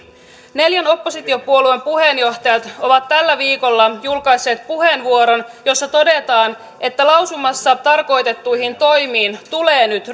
neljän oppositiopuolueen puheenjohtajat ovat tällä viikolla julkaisseet puheenvuoron jossa todetaan että lausumassa tarkoitettuihin toimiin tulee nyt